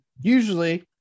usually